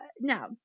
Now